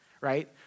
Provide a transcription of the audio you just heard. right